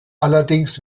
allerdings